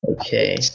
Okay